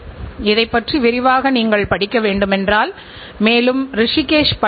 எனவே இப்போது இந்த விவாதத்தை முன்னோக்கி கொண்டு செல்வோமாக